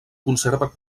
conserva